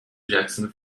jackson